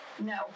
No